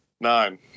Nine